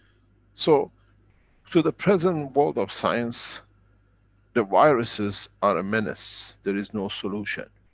so to the present world of science the viruses are a menace. there is no solution.